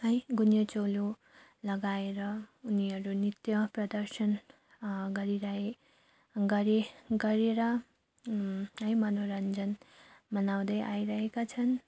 है गुन्यु चोलो लगाएर उनीहरू नृत्य प्रदर्शन गरेरै गरे गरेर है मनोरन्जन मनाउँदै आइरहेका छन्